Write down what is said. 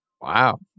Wow